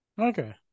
Okay